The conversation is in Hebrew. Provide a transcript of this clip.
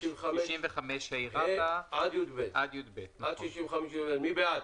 אנחנו מצביעים על סעיפים 65ה עד סעיף 65יב. מי בעד?